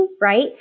right